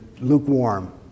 lukewarm